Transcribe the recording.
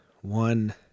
one